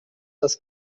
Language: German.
das